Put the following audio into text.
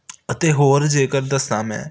ਅਤੇ ਹੋਰ ਜੇਕਰ ਦੱਸਾਂ ਮੈਂ